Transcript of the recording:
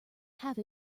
have